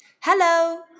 Hello